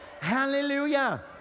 Hallelujah